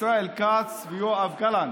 ישראל כץ ויואב גלנט,